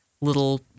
little